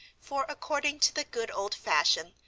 for, according to the good old fashion,